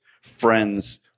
friends